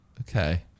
Okay